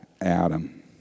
Adam